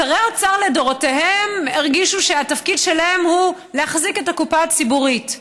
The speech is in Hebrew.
שרי האוצר לדורותיהם הרגישו שהתפקיד שלהם הוא להחזיק את הקופה הציבורית,